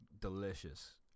delicious